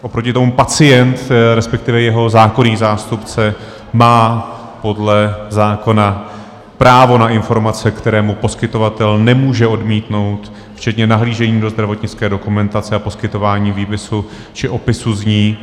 Oproti tomu pacient, resp. jeho zákonný zástupce má podle zákona právo na informace, které mu poskytovatel nemůže odmítnout, včetně nahlížení do zdravotnické dokumentace a poskytování výpisu či opisu z ní.